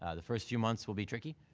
ah the first few months will be tricky.